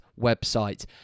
website